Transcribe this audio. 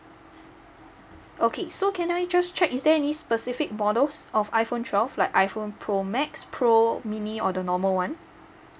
okay so can I just check is there any specific models of iphone twelve like iphone pro max pro mini or the normal [one]